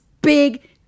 big